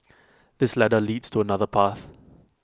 this ladder leads to another path